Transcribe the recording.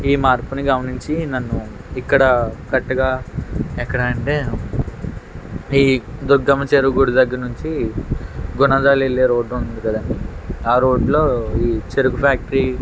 ఈ మార్పుని గమనించి నన్ను ఇక్కడ కరెక్ట్గా ఎక్కడా అంటే ఈ దుర్గమ్మ చెరువు గుడి దగ్గర నుంచి గుణదలెల్లే రోడ్డు ఉంది కదండీ ఆ రోడ్లో ఈ చెరుకు ఫ్యాక్టరీ